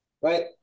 right